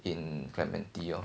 in clementi lor